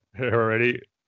already